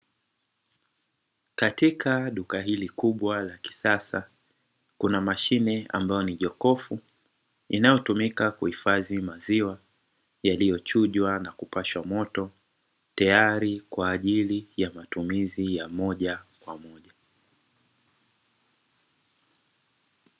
Katika duka hili kubwa la kisasa kuna mashine ambayo ni jokofu, inayotumika kuhifadhi maziwa yaliyochujwa na kupashwa moto tayari kwa ajili ya matumizi ya moja kwa moja.